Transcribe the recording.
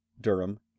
Durham